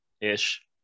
Ish